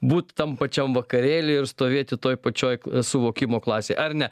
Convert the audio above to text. būt tam pačiam vakarėly ir stovėti toj pačioj suvokimo klasėj ar ne